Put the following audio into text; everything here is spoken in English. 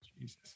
Jesus